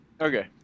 Okay